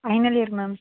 final year ma'am